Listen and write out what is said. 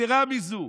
יתרה מזו,